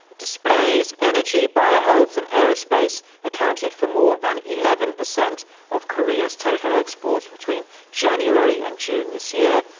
display, energy, biohealth and aerospace accounted for more than eleven percent of korea's total exports between january and june this year.